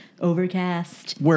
Overcast